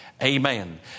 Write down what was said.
Amen